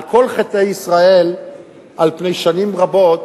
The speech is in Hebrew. על כל חטאי ישראל על פני שנים רבות,